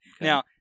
Now